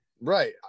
right